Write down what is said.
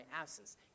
absence